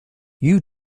you